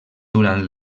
durant